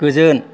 गोजोन